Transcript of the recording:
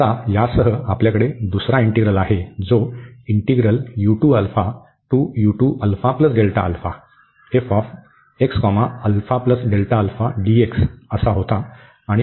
तर आता यासह आपल्याकडे दुसरा इंटीग्रल आहे जो होता